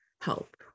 help